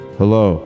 hello